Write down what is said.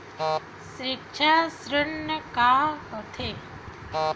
सिक्छा ऋण का होथे?